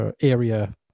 area